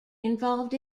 involved